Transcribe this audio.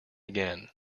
again